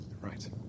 Right